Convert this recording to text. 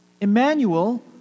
Emmanuel